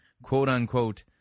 quote-unquote